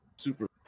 Super